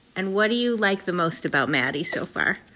and what do you like the most about maddie so far?